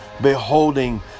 beholding